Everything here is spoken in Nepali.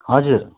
हजुर